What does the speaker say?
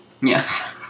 Yes